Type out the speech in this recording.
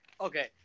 Okay